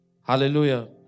Hallelujah